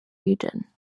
region